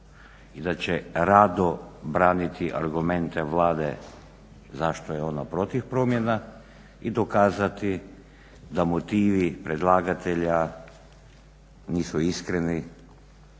i da će rado braniti argumente Vlade zašto je ona protiv promjena i dokazati da motivi predlagatelja nisu iskreni,